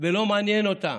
ולא מעניין אותם,